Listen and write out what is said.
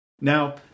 Now